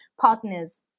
partners